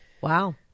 wow